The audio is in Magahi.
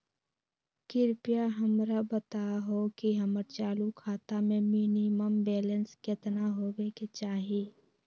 कृपया हमरा बताहो कि हमर चालू खाता मे मिनिमम बैलेंस केतना होबे के चाही